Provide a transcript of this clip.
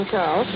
Carl